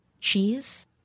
Cheese